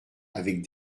avec